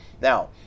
Now